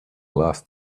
lost